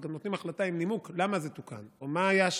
אז גם נותנים החלטה עם נימוק למה זה תוקן או מה היה שם.